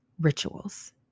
rituals